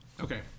Okay